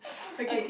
okay